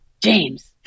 James